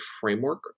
framework